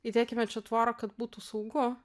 įdėkime čia tvorą kad būtų saugu